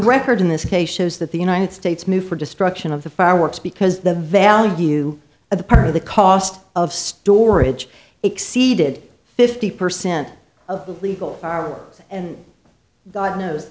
record in this case shows that the united states knew for destruction of the fireworks because the value of the part of the cost of storage exceeded fifty percent of the legal power and god knows